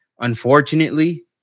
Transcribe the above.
unfortunately